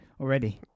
already